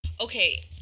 Okay